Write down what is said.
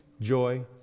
joy